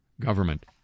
government